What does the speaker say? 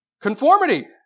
conformity